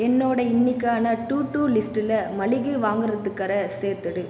என்னோட இன்னிக்கான to do லிஸ்ட்டில மளிகை வாங்கறதுக்கற சேர்த்துடு